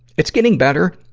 it's getting better.